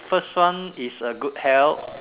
first one is a good health